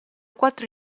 quattro